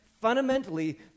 fundamentally